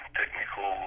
technical